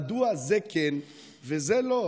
מדוע זה כן וזה לא?